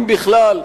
אם בכלל,